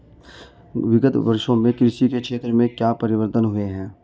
विगत वर्षों में कृषि के क्षेत्र में क्या परिवर्तन हुए हैं?